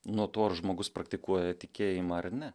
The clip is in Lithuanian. nuo to ar žmogus praktikuoja tikėjimą ar ne